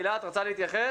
הילה, את רוצה להתייחס?